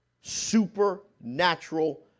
Supernatural